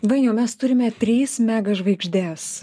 vainiau mes turime tris mega žvaigždės